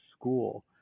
school